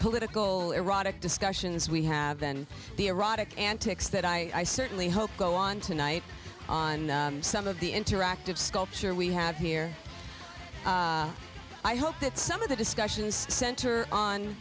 political erotic discussions we have then the erotic antics that i certainly hope go on tonight on some of the interactive sculpture we have here i hope that some of the discussions center on